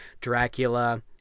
Dracula